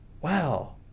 wow